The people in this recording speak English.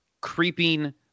creeping